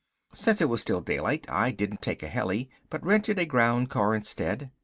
since it was still daylight i didn't take a heli, but rented a groundcar instead.